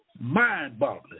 mind-boggling